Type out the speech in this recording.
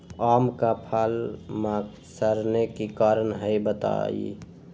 आम क फल म सरने कि कारण हई बताई?